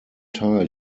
teil